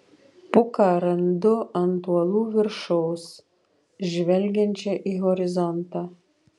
puką randu ant uolų viršaus žvelgiančią į horizontą